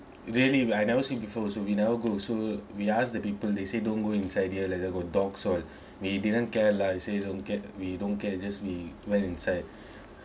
really but I never seen before so we never go so we asked the people they say don't go inside there like got dogs all we didn't care lah says don't care we don't care just we went inside